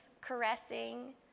caressing